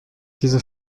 diese